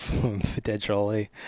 potentially